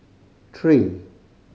three